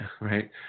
right